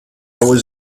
was